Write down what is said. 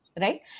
right